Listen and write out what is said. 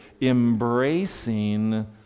embracing